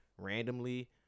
randomly